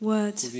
Words